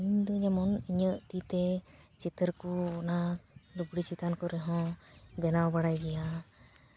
ᱤᱧ ᱫᱚ ᱡᱮᱢᱚᱱ ᱤᱧᱟᱹᱜ ᱛᱤ ᱛᱮ ᱪᱤᱛᱟᱹᱨ ᱠᱚ ᱚᱱᱟ ᱞᱩᱜᱽᱲᱤ ᱪᱮᱛᱟᱱ ᱠᱚᱨᱮ ᱦᱚᱸ ᱵᱮᱱᱟᱣ ᱵᱟᱲᱟᱭ ᱜᱮᱭᱟ